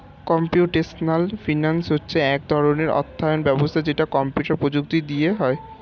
computational finance হচ্ছে এক ধরণের অর্থায়ন ব্যবস্থা যেটা কম্পিউটার প্রযুক্তি দিয়ে হয়